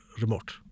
remote